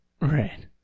right